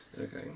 Okay